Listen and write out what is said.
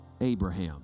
Abraham